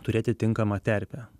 turėti tinkamą terpę